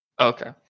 Okay